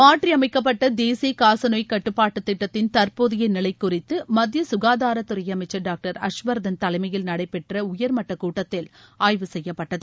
மாற்றியமைக்கப்பட்ட தேசிய காசநோய் கட்டுப்பாட்டு திட்டத்தின் தற்போதைய நிலை குறித்து மத்திய ககாதாரத்துறை அமைச்சர் டாக்டர் ஹர்ஸ்வர்தன் தலைமையில் நடடபெற்ற உயர்மட்ட கூட்டத்தில் ஆய்வு செய்யப்பட்டது